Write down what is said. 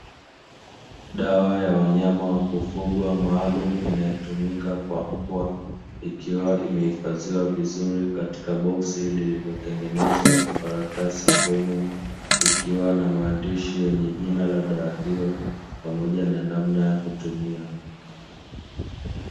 Dawa ya wanyama wa kufugwa maalumu, inayotumika kwa mbwa, ikiwa imehifadhiwa vizuri katika boksi lililotengenezwa kwa karatasi ngumu, ikiwa na maandishi yenye jina la dawa hiyo pamoja na namna ya kutumia.